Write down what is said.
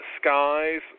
skies